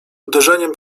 uderzeniem